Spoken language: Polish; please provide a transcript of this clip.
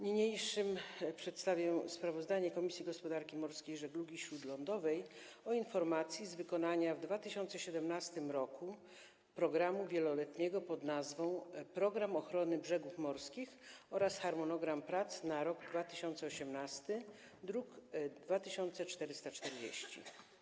Niniejszym przedstawiam sprawozdanie Komisji Gospodarki Morskiej i Żeglugi Śródlądowej o informacji z wykonania w 2017 r. programu wieloletniego pn. „Program ochrony brzegów morskich” oraz harmonogramie prac na rok 2018 z druku nr 2440.